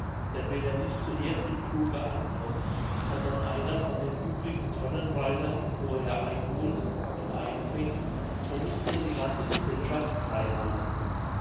denn wenn er nicht zuerst im kruge ankommt sondern einer von den übrigen tonnenreitern ihn vorher einholt und einfängt so muß er die ganze gesellschaft freihalten